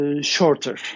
shorter